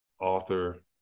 Author